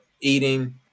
eating